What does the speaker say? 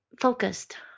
focused